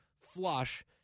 flush